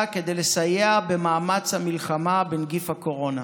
כדי לסייע במאמץ המלחמה בנגיף הקורונה.